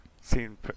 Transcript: seen